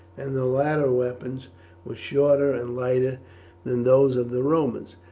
and the latter weapons were shorter and lighter than those of the romans.